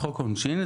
מחוק העונשין.